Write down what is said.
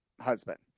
husband